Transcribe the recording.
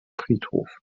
friedhof